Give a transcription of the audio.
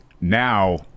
now